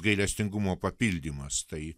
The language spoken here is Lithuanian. gailestingumo papildymas tai